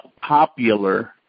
popular